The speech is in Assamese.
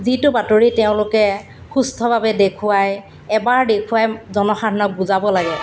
যিটো বাতৰি তেওঁলোকে সুস্থভাৱে দেখুৱাই এবাৰ দেখুৱাই জনসাধাৰণক বুজাব লাগে